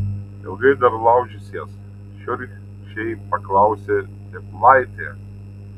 ilgai dar laužysies šiurkščiai paklausė cėplaitė